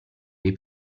dei